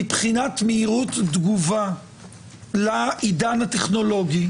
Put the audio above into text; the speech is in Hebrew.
מבחינת מהירות תגובה לעידן הטכנולוגי?